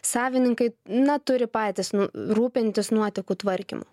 savininkai na turi patys rūpintis nuotekų tvarkymu